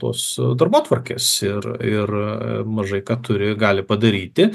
tos darbotvarkės ir ir mažai ką turi gali padaryti